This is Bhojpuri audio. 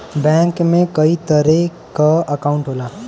बैंक में कई तरे क अंकाउट होला